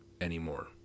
anymore